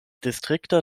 distrikta